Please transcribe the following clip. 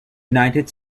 united